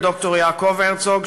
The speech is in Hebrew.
ד"ר יעקב הרצוג,